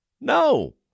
No